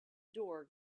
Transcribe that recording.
door